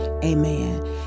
amen